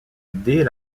dès